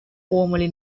formerly